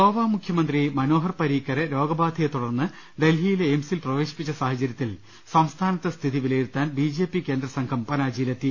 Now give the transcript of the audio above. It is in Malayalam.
ഗോവ മുഖ്യമന്ത്രി മനോഹർ പരീഖറെ രോഗബാധയെ തുടർന്ന് ഡൽഹി യിലെ എയിംസിൽ പ്രവേശിപ്പിച്ച സാഹചര്യത്തിൽ സംസ്ഥാനത്തെ സ്ഥിതി വില യിരുത്താൻ ബി ജെ പി കേന്ദ്രസംഘം പനാജിയിലെത്തി